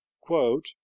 Quote